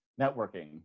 networking